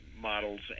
models